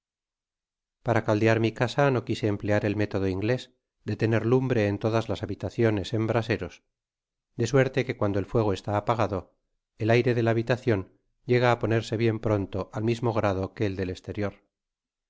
para caldear mi casa no quise emplear el método inglés de tener lumbre en todas las habitaciones en braseros de suerte que cuando el fuego está apagado el aire de la habitacion llega á ponerse bien pronto al mismo grado que el del esterior